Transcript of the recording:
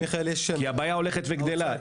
כי הבעיה הולכת וגדלה.